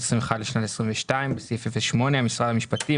2021 לשנת 2022 לפי סעיף 08 משרד המשפטים,